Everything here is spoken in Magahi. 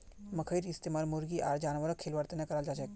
मखईर इस्तमाल मुर्गी आर जानवरक खिलव्वार तने कराल जाछेक